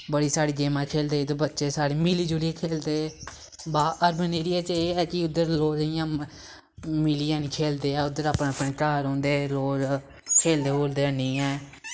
बड़ी सारी गेमां खेलदे इद्धर बच्चे सारे मिली जुलियै खेलदे बा अर्बन एरिया च एह् ऐ कि इद्धर लोग इ'यां मिलियै नी खेलदे ऐ उद्धर अपने अपने घर रौंह्दे लोग खेलदे खूलदे हैनी ऐ